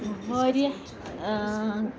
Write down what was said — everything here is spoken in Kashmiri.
واریاہ